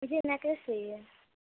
مجھے نیکلیس چاہیے